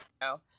no